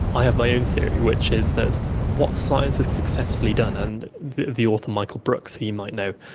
i have my own theory which is that what science has successfully done, and the the author michael brooks, who you might know,